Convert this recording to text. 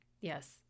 Yes